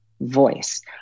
voice